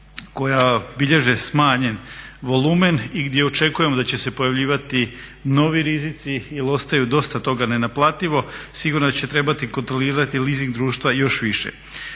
koja bilježe smanjen volumen i gdje očekujemo da će se pojavljivati novi rizici jer ostaje dosta toga nenaplativo sigurno da će trebati kontrolirati leasing društva još više.